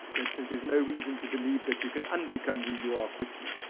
there's no reason to believe that you can unbecome who you are quickly.